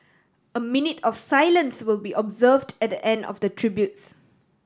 a minute of silence will be observed at the end of the tributes